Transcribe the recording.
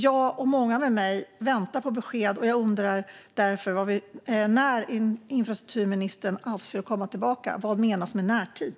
Jag och många med mig väntar på besked, och jag undrar därför när infrastrukturministern avser att återkomma. Vad menas med närtid?